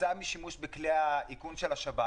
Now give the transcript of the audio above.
כתוצאה משימוש בכלי האיכון של השב"כ.